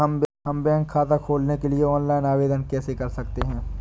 हम बैंक खाता खोलने के लिए ऑनलाइन आवेदन कैसे कर सकते हैं?